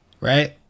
Right